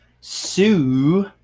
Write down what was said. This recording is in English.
Sue